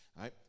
right